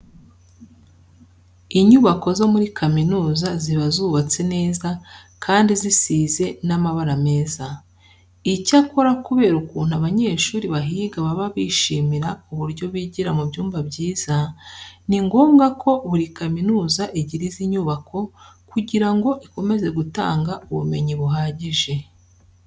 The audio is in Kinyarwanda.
Inyubako zo muri kaminuza ziba zubatse neza kandi zisize n'amabara meza. Icyakora kubera ukuntu abanyeshuri bahiga baba bishimira uburyo bigira mu byumba byiza, ni ngombwa ko buri kaminuza igira izi nyubako kugira ngo ikomeze gutanga ubumenyi buhagije.